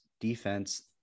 defense